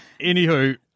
Anywho